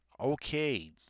Okay